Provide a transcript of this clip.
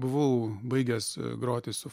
buvau baigęs groti su